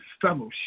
fellowship